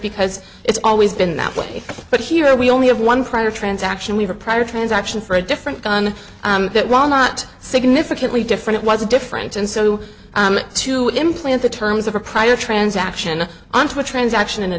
because it's always been that way but here we only have one prior transaction we were prior transactions for a different gun that while not significantly different was different and so to implant the terms of a prior transaction onto a transaction in a